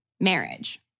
marriage